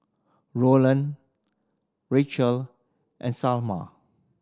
Roland Racheal and Salma